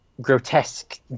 grotesque